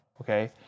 Okay